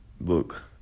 look